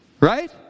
Right